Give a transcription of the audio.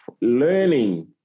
learning